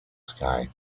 sky